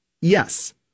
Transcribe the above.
Yes